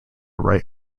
right